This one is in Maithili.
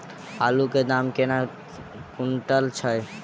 आलु केँ दाम केना कुनटल छैय?